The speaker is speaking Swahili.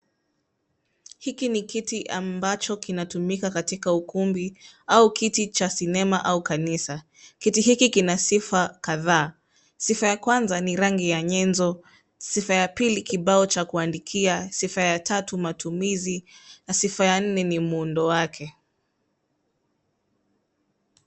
Hiki ni kiti ambacho kinatumika katika ukumbi au kiti cha sinema au kanisa. Kiti hiki kina sifa kadhaa. Sifa ya kwanza ni rangi ya nyenzo, sifa ya pili kibao cha kuandikia, sifa ya tatu matumizi, na sifa ya nne ni muundo wake.